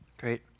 Great